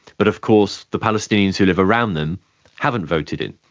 but of course the palestinians who live around them haven't voted in.